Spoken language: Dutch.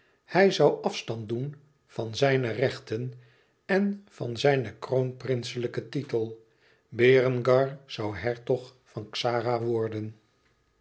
hij zoû afstand doen van zijne rechten en van zijn kroonprinselijken titel berengar zoû hertog van xara worden